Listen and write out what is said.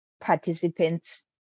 participants